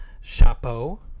Chapeau